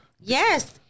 Yes